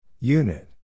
Unit